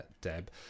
deb